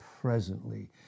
presently